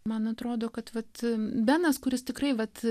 man atrodo vat benas kuris tikrai vat